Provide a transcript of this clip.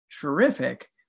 terrific